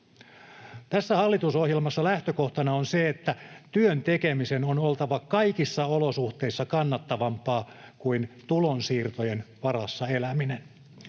Tässä hallitusohjelmassa lähtökohtana on se, että työn tekemisen on oltava kaikissa olosuhteissa kannattavampaa kuin tulonsiirtojen varassa eläminen.